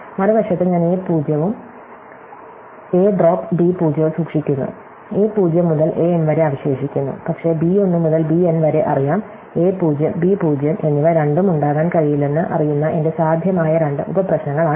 മറുവശത്ത് ഞാൻ a 0 ഉം a ഡ്രോപ്പ് b 0 ഉം സൂക്ഷിക്കുന്നുa 0 മുതൽ a m വരെ അവശേഷിക്കുന്നു പക്ഷേ b 1 മുതൽ b n വരെ അറിയാം a 0 b 0 എന്നിവ രണ്ടും ഉണ്ടാകാൻ കഴിയില്ലെന്ന് അറിയുന്ന എന്റെ സാധ്യമായ രണ്ട് ഉപപ്രശ്നങ്ങളാണിവ